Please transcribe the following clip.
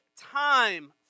time